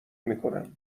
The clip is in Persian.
میکنم